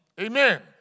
Amen